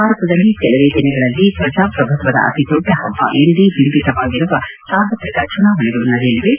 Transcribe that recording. ಭಾರತದಲ್ಲಿ ಕೆಲವೇ ದಿನಗಳಲ್ಲಿ ಪ್ರಜಾಪ್ರಭುತ್ವದ ಅತಿ ದೊಡ್ಡ ಹಬ್ಬ ಎಂದೇ ಬಿಂಬಿತವಾಗಿರುವ ಸಾರ್ವತ್ರಿಕ ಚುನಾವಣೆಗಳು ನಡೆಯಲಿವೆ